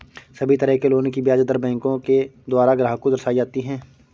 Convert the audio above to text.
सभी तरह के लोन की ब्याज दर बैंकों के द्वारा ग्राहक को दर्शाई जाती हैं